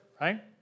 right